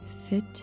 fit